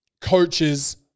coaches